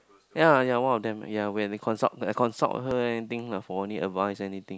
yea yea one of them yea when they consult consult her and thing lah for only advise anything